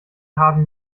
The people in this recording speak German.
haben